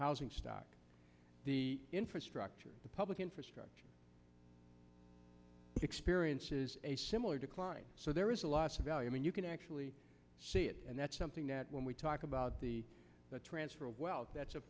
housing stock the infrastructure the public infrastructure experiences a similar decline so there is a lot of value and you can actually see it and that's something that when we talk about the transfer of wealth that's a